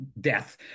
death